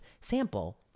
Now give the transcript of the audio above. sample